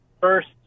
First